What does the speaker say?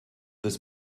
this